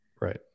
Right